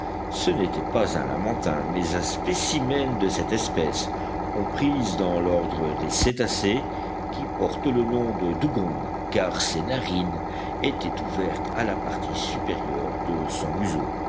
ce n'était pas un lamantin mais un spécimen de cette espèce comprise dans l'ordre des cétacés qui porte le nom de dugong car ses narines étaient ouvertes à la partie supérieure de son museau